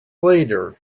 later